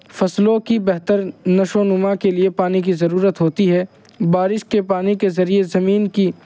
فصلوں کی بہتر نشو و نما کے لیے پانی کی ضرورت ہوتی ہے بارش کے پانی کے ذریعے زمین کی